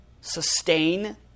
sustain